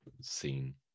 scene